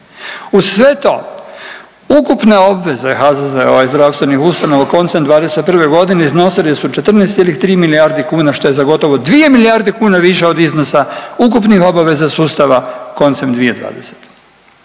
uz sve to ukupne obveze HZZO-a i zdravstvenih ustanova koncem '21.g. iznosili su 14,3 milijarde kuna što je za gotovo 2 milijarde kuna više od iznosa ukupnih obaveza sustava koncem 2020.